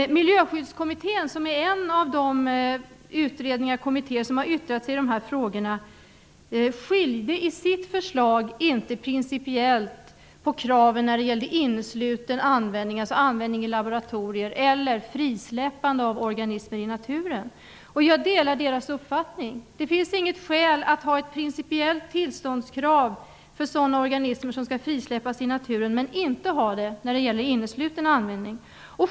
Miljöskyddskommittén, som är en av de utredningar och kommittéer som har yttrat sig i dessa frågor, skilde i sitt förslag inte principiellt på kraven när det gäller insluten användning, dvs. användning i laboratorier, och frisläppande av organismer i naturen. Jag delar den uppfattningen. Det finns inte skäl att ha ett principiellt tillståndskrav för sådana organismer som skall frisläppas i naturen, men inte när det gäller innesluten användning.